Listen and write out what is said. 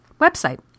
website